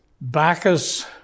Bacchus